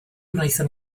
wnaethon